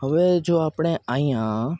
હવે જો આપણે અહીંયાં